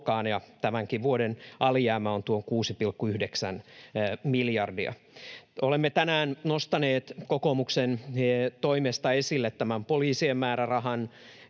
ja tämänkin vuoden alijäämä on tuo 6,9 miljardia. Olemme tänään nostaneet kokoomuksen toimesta esille tämän poliisien määrärahan,